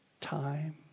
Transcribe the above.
time